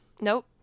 Nope